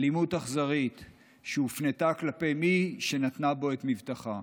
אלימות אכזרית שהופנתה כלפי מי שנתנה בו את מבטחה.